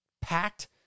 packed